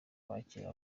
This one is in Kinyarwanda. kwakira